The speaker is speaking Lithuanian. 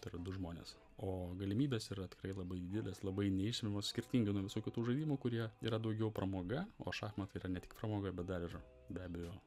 tai yra du žmonės o galimybės yra tikrai labai didelės labai neišsemiamos skirtingai nuo visų kitų žaidimų kurie yra daugiau pramoga o šachmatai yra ne tik pramoga bet dar ir be abejo